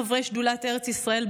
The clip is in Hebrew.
חברי שדולת ארץ ישראל,